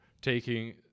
taking